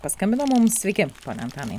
paskambino mums sveiki pone antanai